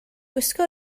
gwisgo